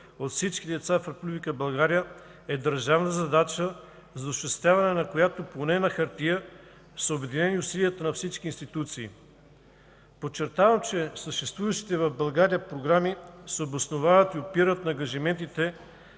от всички деца в Република България е държавна задача, за осъществяването на която, поне на хартия, са обединени усилията на всички институции. Подчертавам, че съществуващите в България програми се обосновават и опират на ангажиментите,